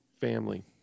Family